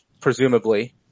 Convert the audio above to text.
presumably